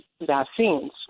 vaccines